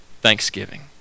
thanksgiving